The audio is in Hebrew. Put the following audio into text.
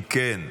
אם כן,